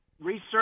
research